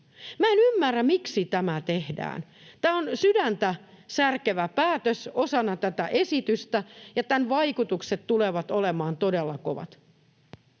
en ymmärrä, miksi tämä tehdään. Tämä on sydäntäsärkevä päätös osana tätä esitystä, ja tämän vaikutukset tulevat olemaan todella kovat.